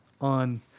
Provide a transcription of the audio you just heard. on